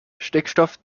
stickstoff